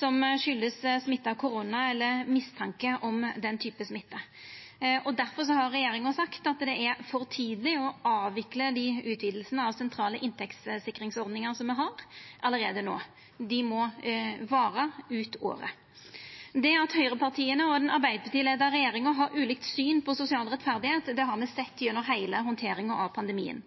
på grunn av smitte av korona eller mistanke om den typen smitte. Difor har regjeringa sagt at det er for tidleg å avvikla utvidingane av sentrale inntektssikringsordningar me har, allereie no. Dei må vara ut året. Det at høgrepartia og den Arbeidarparti-leia regjeringa har ulikt syn på sosial rettferd, har me sett gjennom heile handteringa av pandemien.